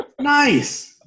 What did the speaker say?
nice